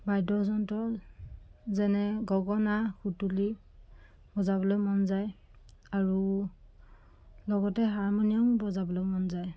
বাদ্যযন্ত্ৰ যেনে গগনা সুতুলি বজাবলৈ মন যায় আৰু লগতে হাৰমনিয়ামো বজাবলৈ মন যায়